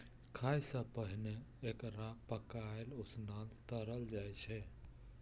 खाय सं पहिने एकरा पकाएल, उसनल, तरल जाइ छै